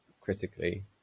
critically